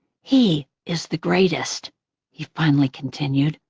he is the greatest he finally continued,